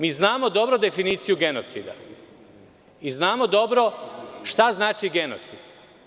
Mi znamo dobro definiciju genocida i znamo dobro šta znači reč genocid.